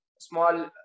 small